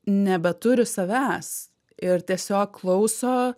nebeturi savęs ir tiesiog klauso